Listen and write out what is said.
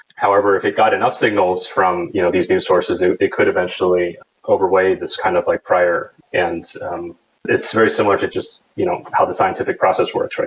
however, if it got enough signals from you know these news sources, it it could eventually overweigh this kind of like prior. and um it's very similar to just you know how the scientific process works.